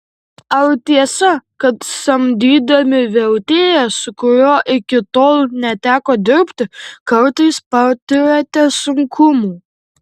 ar tiesa kad samdydami vertėją su kuriuo iki tol neteko dirbti kartais patiriate sunkumų